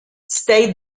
state